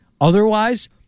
Otherwise